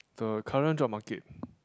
the current job market